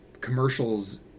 commercials